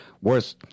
worth